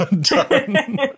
done